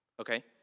Okay